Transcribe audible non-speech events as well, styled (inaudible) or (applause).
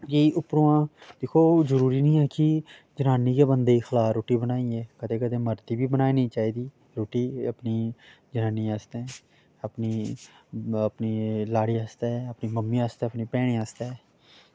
(unintelligible) उप्परां दिक्खो जरूरी निं ऐ कि जनानी गै बंदे गी खलाऽ रुट्टी बनाइयै कदें कदें मर्द गी बी बनानी चाहिदी रुट्टी अपनी जनानी आस्तै अपनी अपनी लाड़ी आस्तै अपनी मम्मी आस्तै अपनी भैनें आस्तै